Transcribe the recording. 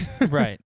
Right